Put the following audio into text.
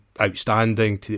outstanding